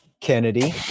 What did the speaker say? Kennedy